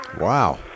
Wow